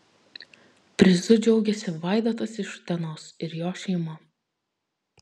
prizu džiaugiasi vaidotas iš utenos ir jo šeima